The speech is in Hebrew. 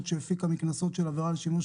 שהפיקה מקנסות של עבירה על שימוש